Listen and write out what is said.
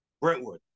Brentwood